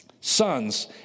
sons